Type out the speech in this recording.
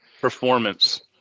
performance